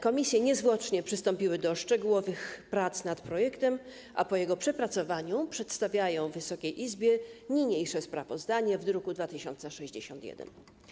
Komisje niezwłocznie przystąpiły do szczegółowych prac nad projektem, a po jego przepracowaniu przedstawiają Wysokiej Izbie niniejsze sprawozdanie w druku nr 2061.